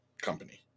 company